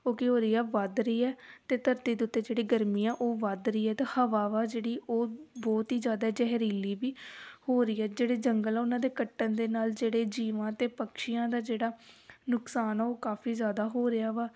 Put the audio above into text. ਉਹ ਕੀ ਹੋ ਰਹੀ ਆ ਵੱਧ ਰਹੀ ਹੈ ਅਤੇ ਧਰਤੀ ਦੇ ਉੱਤੇ ਜਿਹੜੀ ਗਰਮੀ ਆ ਉਹ ਵੱਧ ਰਹੀ ਹੈ ਅਤੇ ਹਵਾ ਵਾ ਜਿਹੜੀ ਉਹ ਬਹੁਤ ਹੀ ਜ਼ਿਆਦਾ ਜ਼ਹਿਰੀਲੀ ਵੀ ਹੋ ਰਹੀ ਹੈ ਜਿਹੜੇ ਜੰਗਲ ਆ ਉਹਨਾਂ ਦੇ ਕੱਟਣ ਦੇ ਨਾਲ ਜਿਹੜੇ ਜੀਵਾਂ ਅਤੇ ਪਕਸ਼ੀਆ ਦਾ ਜਿਹੜਾ ਨੁਕਸਾਨ ਆ ਉਹ ਕਾਫੀ ਜ਼ਿਆਦਾ ਹੋ ਰਿਹਾ ਵਾ